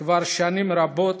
כבר שנים רבות,